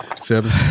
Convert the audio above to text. Seven